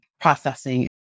processing